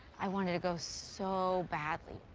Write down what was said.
i wanted to go so badly,